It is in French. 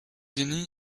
unis